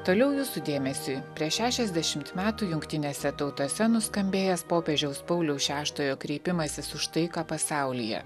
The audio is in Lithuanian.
toliau jūsų dėmesiui prieš šešiasdešimt metų jungtinėse tautose nuskambėjęs popiežiaus pauliaus šeštojo kreipimasis už taiką pasaulyje